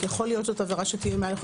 יכול להיות שזאת עבירה שתהיה מעל,